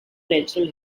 natural